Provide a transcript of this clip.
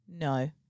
no